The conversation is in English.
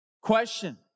Question